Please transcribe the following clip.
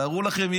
תארו לכם,